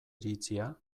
iritzia